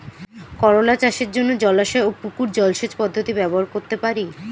করোলা চাষের জন্য জলাশয় ও পুকুর জলসেচ পদ্ধতি ব্যবহার করতে পারি?